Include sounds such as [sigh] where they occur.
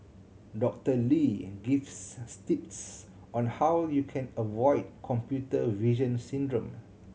Doctor Lee gives [unintelligible] tips on how you can avoid computer vision syndrome